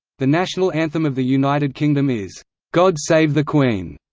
the national anthem of the united kingdom is god save the queen,